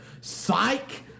psych